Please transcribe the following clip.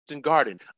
Garden